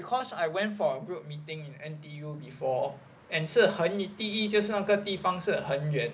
because I went for group meeting in N_T_U before and 是很第一就是那个地方很远